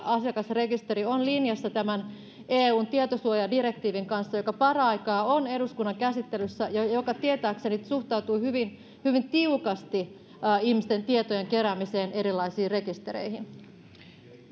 asiakasrekisteri ovat linjassa eun tietosuojadirektiivin kanssa joka paraikaa on eduskunnan käsittelyssä ja joka tietääkseni suhtautuu hyvin hyvin tiukasti ihmisten tietojen keräämiseen erilaisiin rekistereihin